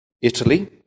Italy